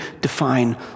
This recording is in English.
define